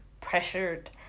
pressured